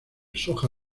soja